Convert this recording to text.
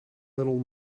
little